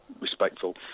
respectful